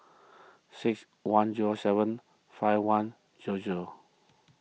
six one zero seven five one zero zero